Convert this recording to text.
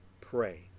pray